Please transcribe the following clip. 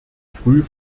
früh